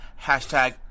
hashtag